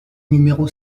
numéro